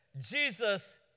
Jesus